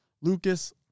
Lucas